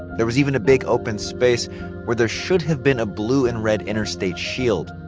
there was even a big open space where there should have been a blue and red interstate shield.